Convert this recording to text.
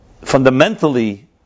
fundamentally